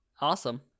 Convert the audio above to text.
Awesome